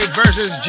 versus